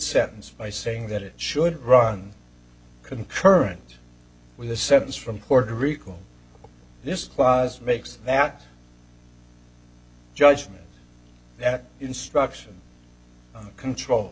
sentence by saying that it should run concurrent with the sentence from puerto rico this clause makes that judgment that instruction control